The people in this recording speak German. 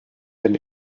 denn